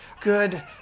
good